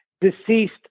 deceased